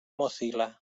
mozilla